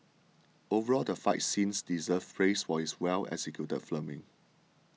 overall the fight scenes deserve praise for its well executed filming